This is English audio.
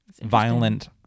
Violent